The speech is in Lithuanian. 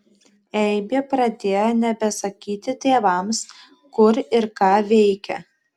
eibė pradėjo nebesakyti tėvams kur ir ką veikia